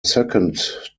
second